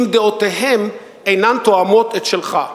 אם דעותיהם אינן תואמות את שלך?